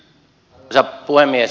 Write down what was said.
arvoisa puhemies